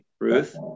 Ruth